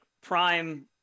prime